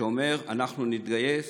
שאומר: אנחנו נתגייס,